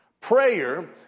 Prayer